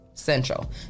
Central